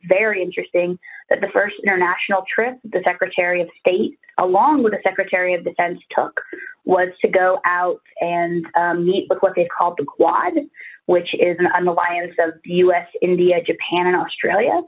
very interesting that the first international trip the secretary of state along with the secretary of defense took was to go out and meet with what they called the quad which is an alliance of us india japan